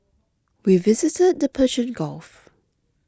we visited the Persian Gulf